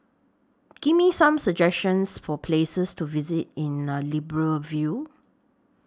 Give Me Some suggestions For Places to visit in Libreville